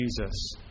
Jesus